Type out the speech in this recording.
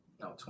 no